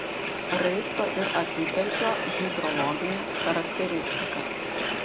raisto ir apypelkio hidrologinė charakteristika